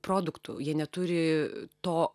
produktų jie neturi to